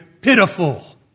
pitiful